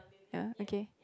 ya okay